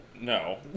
No